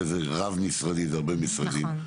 היה איזה רב משרדי בהרבה משרדים.